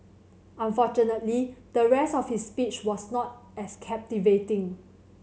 unfortunately the rest of his speech was not as captivating